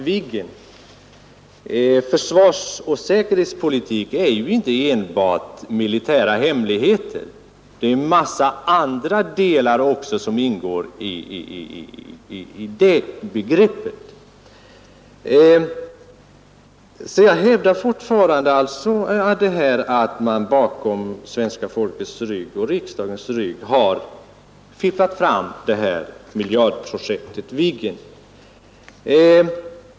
Men försvarsoch säkerhetspolitik är ju inte enbart militära hemligheter, utan i det begreppet ingår också en stor mängd andra frågor. Jag hävdar därför alltjämt att man här har fifflat fram miljardprojektet Viggen bakom riksdagens och svenska folkets rygg.